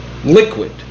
Liquid